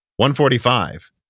145